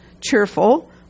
cheerful